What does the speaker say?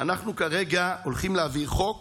אנחנו כרגע הולכים להעביר חוק